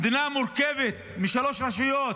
המדינה מורכבת משלוש רשויות,